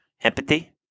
empathy